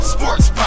Sports